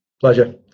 Pleasure